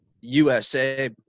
USA